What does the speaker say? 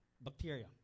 bacteria